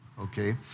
okay